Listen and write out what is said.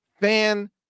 fan